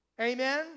Amen